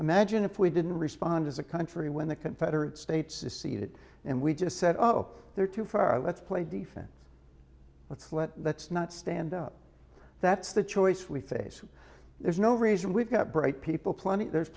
us imagine if we didn't respond as a country when the confederate states is seated and we just said oh they're too far let's play defense let's let that's not stand up that's the choice we face there's no reason we've got bright people plenty there's